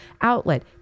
outlet